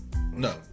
No